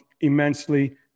immensely